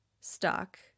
stuck